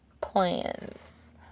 plans